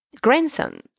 Grandson